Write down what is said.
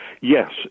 Yes